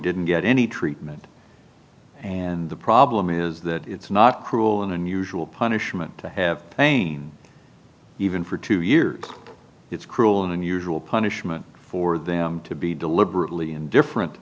didn't get any treatment and the problem is that it's not cruel and unusual punishment to have pain even for two years it's cruel and unusual punishment for them to be deliberately indifferent